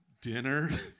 Dinner